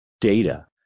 data